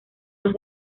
más